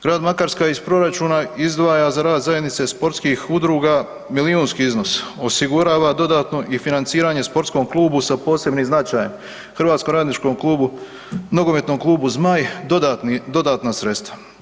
Grad Makarska iz proračuna izdvaja za rad zajednice sportskih udruga milijunski iznos, osigurava dodatno i financiranje sportskom klubu sa posebnim značajem Hrvatskom radničkom klubu, Nogometnom klubu „Zmaj“ dodatna sredstva.